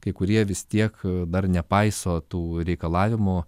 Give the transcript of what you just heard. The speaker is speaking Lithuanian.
kai kurie vis tiek dar nepaiso tų reikalavimų